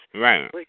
Right